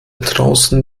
draußen